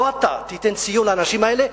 לא אתה תיתן ציון לאנשים האלה,